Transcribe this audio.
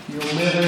לי.